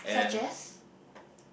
such as